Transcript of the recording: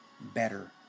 better